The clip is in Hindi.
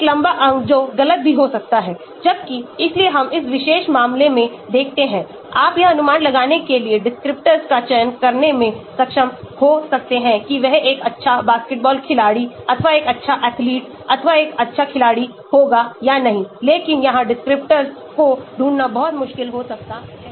एक लंबा अंग जो गलत भी हो सकता है जबकि इसलिए हम इस विशेष मामले में देखते हैं आप यह अनुमान लगाने के लिए descriptors का चयन करने में सक्षम हो सकते हैं कि वह एक अच्छा बास्केटबॉल खिलाड़ी अथवा एक अच्छा एथलीट अथवा एक अच्छा खिलाड़ी होगा या नहीं लेकिन यहाँ descriptors को ढूंढना बहुत मुश्किल हो सकता है